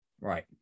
Right